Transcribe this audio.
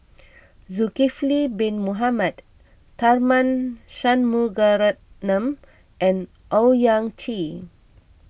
Zulkifli Bin Mohamed Tharman Shanmugaratnam and Owyang Chi